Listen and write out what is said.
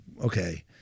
okay